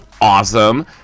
Awesome